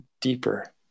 deeper